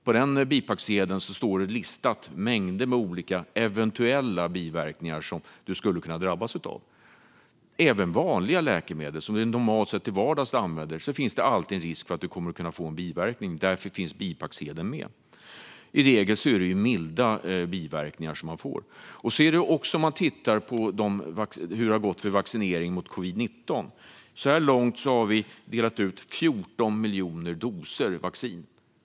På den står en lista med mängder av olika eventuella biverkningar som du skulle kunna drabbas av. Även när det gäller vanliga läkemedel, som du använder till vardags, finns det alltid en risk för att du får biverkningar. Därför finns bipacksedeln med. I regel får man dock milda biverkningar. Så är det också när det gäller hur det har gått för vaccineringen mot covid-19. Så här långt har vi delat ut 14 miljoner doser vaccin.